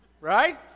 right